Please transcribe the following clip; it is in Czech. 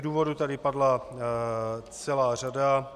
Důvodů tady padla celá řada.